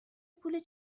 پول